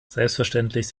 selbstverständlich